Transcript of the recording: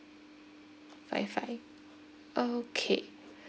five five okay